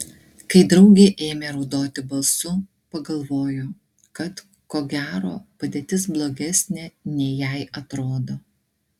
kai draugė ėmė raudoti balsu pagalvojo kad ko gero padėtis blogesnė nei jai atrodo